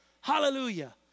Hallelujah